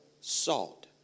salt